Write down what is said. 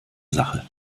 sache